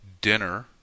Dinner